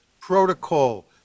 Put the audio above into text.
Protocol